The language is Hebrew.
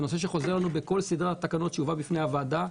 זה נושא שחוזר אלינו בכל סדרת תקנות שהובאה בפני הוועדה,